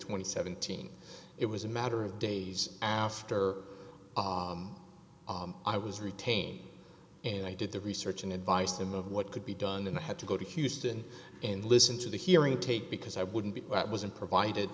and seventeen it was a matter of days after i was retained and i did the research and advised him of what could be done and i had to go to houston and listen to the hearing tape because i wouldn't be wasn't provided